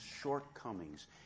shortcomings